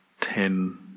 ten